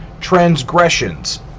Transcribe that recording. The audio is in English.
transgressions